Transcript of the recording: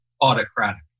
autocratic